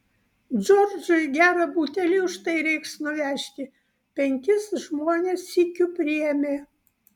džordžui gerą butelį už tai reiks nuvežti penkis žmones sykiu priėmė